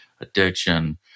addiction